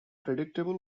predictable